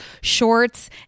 shorts